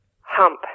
hump